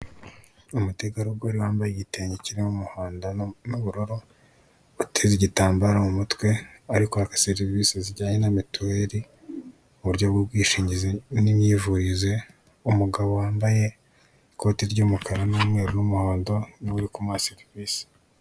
Umutegarugoro wambaye igitenge kirimo umuhondo n'ubururu uteze igitambaro mu mutwe ari kwaka serivise zijyanye na mituweri uburyo bw'ubwishibgizi n'imyivurize, umugabo wambaye ikote ry'umukara n'imweru n'umuhondo niwe uri ku muha serivise.